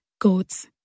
goats